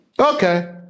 Okay